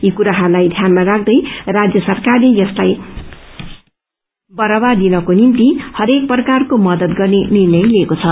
यी कुराहरूलाई ध्यानमा राख्दै राज्य सरकारले यसलाई बढ़ावा दिनको निम्ति हरेक प्रकारको दद गर्ने निर्णय लिएको छ